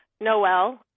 Noel